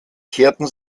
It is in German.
kehrten